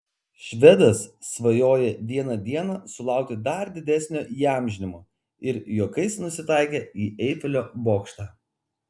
švedas svajoja vieną dieną sulaukti dar didesnio įamžinimo ir juokais nusitaikė į eifelio bokštą